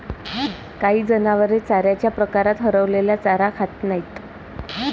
काही जनावरे चाऱ्याच्या प्रकारात हरवलेला चारा खात नाहीत